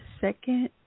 second